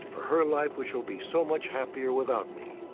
for her life which will be so much happier without me.